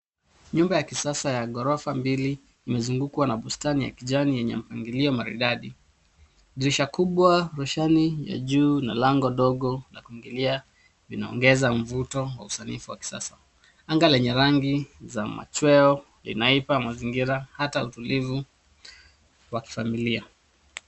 Nyumba ya kisasa ya ghorofa mbili imezungukwa na bustani ya kijani yenye mpangilio maridadi. Dirisha kubwa, roshani ya juu na lango dogo la kuingilia vinaongeza mvuto wa usanifu wa kisasa. Anga lenye rangi za machweo zinaipa mazingira hata utulivu wa kifamilia.